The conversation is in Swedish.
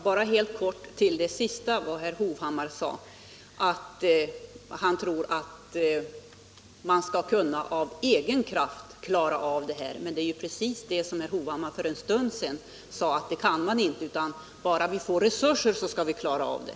Herr talman! Herr Hovhammar sade senast att han tror att man av egen kraft skall kunna klara av detta. Men det är ju precis det som herr Hovhammar för en stund sedan sade att man inte kan — bara man fick resurser skulle man klara av det.